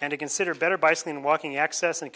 and consider better bicycling walking access an